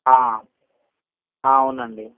అవునండీ